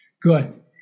good